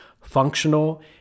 functional